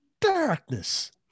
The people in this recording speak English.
darkness